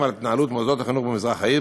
להתנהלות מוסדות החינוך במזרח העיר.